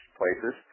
places